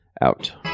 Out